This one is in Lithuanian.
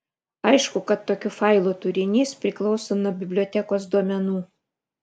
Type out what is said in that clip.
aišku kad tokių failų turinys priklauso nuo bibliotekos duomenų